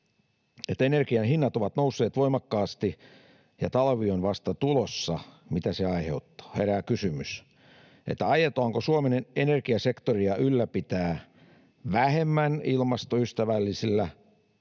energian hinnat ovat nousseet voimakkaasti ja talvi on vasta tulossa. Mitä se aiheuttaa? Herää kysymys, aiotaanko Suomen energiasektoria ylläpitää vähemmän ilmastoystävällisillä